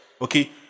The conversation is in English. okay